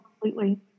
completely